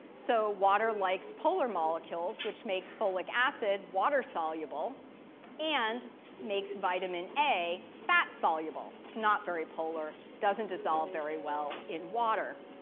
so water likes polar molecules, which makes folic acid water soluble and makes vitamin a fat soluble. it's not very polar, doesn't dissolve very well in water.